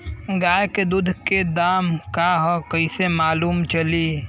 गाय के दूध के दाम का ह कइसे मालूम चली?